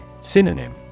Synonym